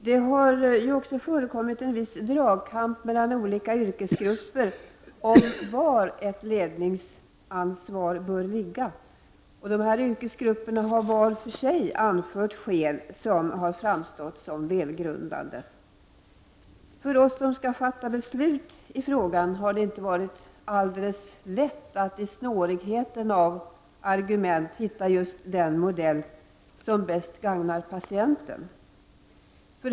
Det har också förekommit en viss dragkamp mellan olika yrkesgrupper om var ett ledningsansvar bör ligga, och de yrkesgrupperna har var för sig anfört skäl som har framstått som välgrundade. För oss som skall fatta beslut i frågan har det inte varit helt lätt att i snårigheten av argument hitta den modell som bäst gagnar patienten.